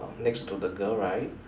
next to the girl right